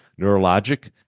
neurologic